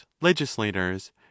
legislators